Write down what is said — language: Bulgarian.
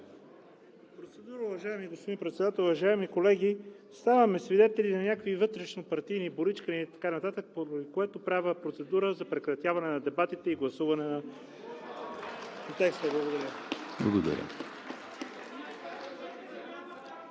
(ГЕРБ): Уважаеми господин председател, уважаеми колеги! Ставаме свидетели на някакви вътрешнопартийни боричкания и така нататък, поради което правя процедура за прекратяване на дебатите и гласуване на текста. Благодаря.